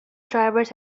drivers